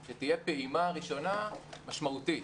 היינו מבקשים שתהיה פעימה ראשונה משמעותית.